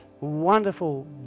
wonderful